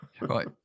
right